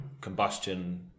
combustion